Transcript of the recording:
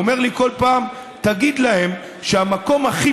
הוא אומר לי כל פעם: תגיד להם שהמקום הכי